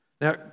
Now